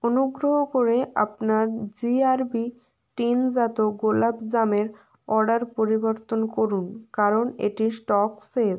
অনুগ্রহ করে আপনার জিআরবি টিনজাত গোলাপজামের অর্ডার পরিবর্তন করুন কারণ এটির স্টক শেষ